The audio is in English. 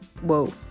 whoa